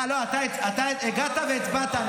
אתה הגעת והצבעת,